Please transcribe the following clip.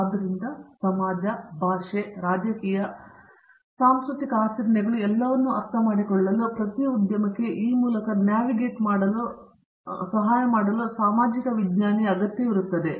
ಆದ್ದರಿಂದ ಸಮಾಜ ಭಾಷೆ ರಾಜಕೀಯ ಸಾಂಸ್ಕೃತಿಕ ಆಚರಣೆಗಳು ಮತ್ತು ಎಲ್ಲವನ್ನೂ ಅರ್ಥಮಾಡಿಕೊಳ್ಳಲು ಪ್ರತಿ ಉದ್ಯಮಕ್ಕೆ ಈ ಮೂಲಕ ನ್ಯಾವಿಗೇಟ್ ಮಾಡಲು ಸಹಾಯ ಮಾಡಲು ಸಾಮಾಜಿಕ ವಿಜ್ಞಾನಿಯ ಅಗತ್ಯವಿರುತ್ತದೆ